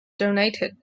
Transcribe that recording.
donated